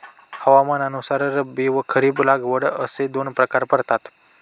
हवामानानुसार रब्बी व खरीप लागवड असे दोन प्रकार पडतात